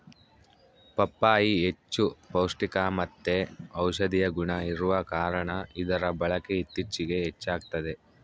ಪಪ್ಪಾಯಿ ಹೆಚ್ಚು ಪೌಷ್ಟಿಕಮತ್ತೆ ಔಷದಿಯ ಗುಣ ಇರುವ ಕಾರಣ ಇದರ ಬಳಕೆ ಇತ್ತೀಚಿಗೆ ಹೆಚ್ಚಾಗ್ತದ